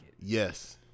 Yes